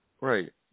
right